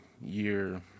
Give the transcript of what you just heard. year